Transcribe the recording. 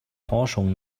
forschung